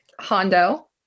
Hondo